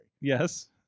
Yes